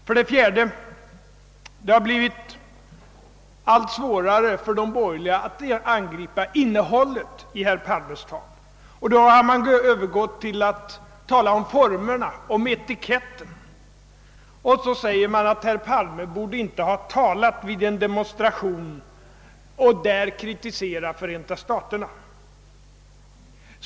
För det fjärde: Det har blivit allt svårare för de borgerliga att angripa innehållet i herr Palmes tal, och då har man övergått till att tala om formerna, om etiketten, och så säger man att herr Palme inte borde ha talat vid en demonstration och där kritiserat Förenta staterna.